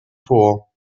vor